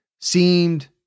seemed